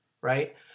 right